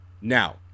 Now